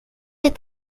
est